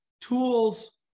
tools